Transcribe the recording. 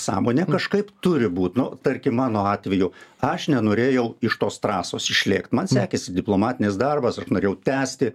sąmonė kažkaip turi būt nu tarkim mano atveju aš nenorėjau iš tos trasos išlėkt man sekėsi diplomatinis darbas aš norėjau tęsti